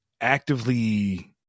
actively